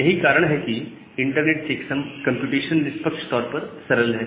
यही कारण है कि यह इंटरनेट चेक्सम कंप्यूटेशन निष्पक्ष तौर पर सरल है